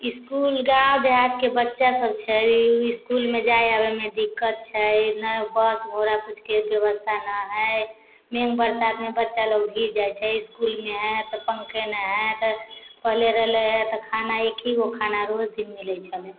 इसकुल गाँव देहातके बच्चासब छै ओ इसकुलमे जाइ आबैमे दिक्कत छै नहि बस घोड़ा किछुके बेबस्था नहि हइ मेन बरसातमे बच्चा लोक भीजि जाइ छै इसकुलमे हइ तऽ पंखे नहि हइ तऽ पहिले रहले हइ तऽ खाना एक ही गो खाना रोज दिन मिलै छलै